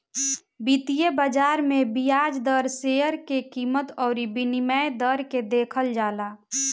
वित्तीय बाजार में बियाज दर, शेयर के कीमत अउरी विनिमय दर के देखल जाला